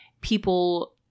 people